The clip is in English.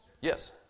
Yes